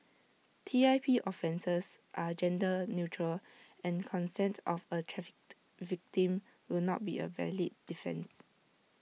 T I P offences are gender neutral and consent of A trafficked victim will not be A valid defence